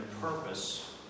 purpose